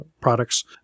products